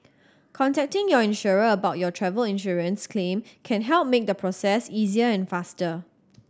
contacting your insurer about your travel insurance claim can help make the process easier and faster